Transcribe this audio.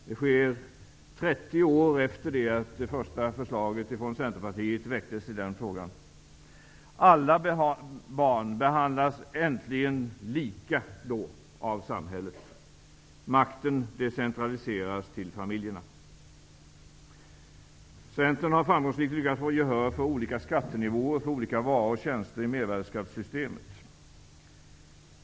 Det sker 30 år efter det att det första förslaget från Centerpartiet väcktes i den frågan. Då behandlas alla barn äntligen lika av samhället. Makten decentraliseras till familjerna. Centern har framgångsrikt lyckats få gehör för olika skattenivåer för olika varor och tjänster i mervärdesskattesystemet.